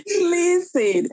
Listen